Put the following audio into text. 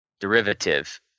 Derivative